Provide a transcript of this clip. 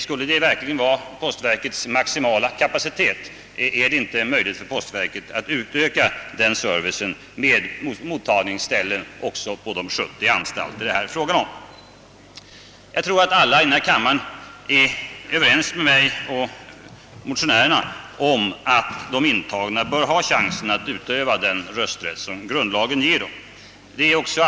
Skulle det verkligen vara postverkets maximala kapacitet? är det inte möjligt för postverket att utöka den servicen med mottagningsställen också på det 70-tal anstalter som det är fråga om här? Jag tror att alla i denna kammare är överens med mig och motionärerna om att de intagna bör ha chansen att utöva den rösträtt grundlagen ger dem.